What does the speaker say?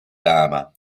lama